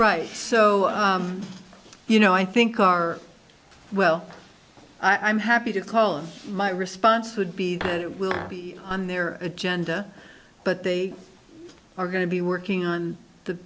right so you know i think are well i'm happy to call and my response would be that it will be on their agenda but they are going to be working on the